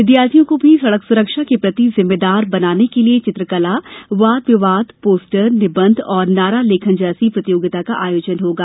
विद्यार्थियों को भी सड़क सुरक्षा के प्रति जिम्मेदार बनाने को लिये चित्रकला वाद विवाद पोस्टर निबंध और नारा लेखन जैसी प्रतियोगिता का आयोजन होगा